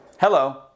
Hello